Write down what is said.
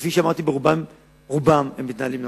וכפי שאמרתי, רובם מתנהלים נכון.